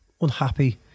unhappy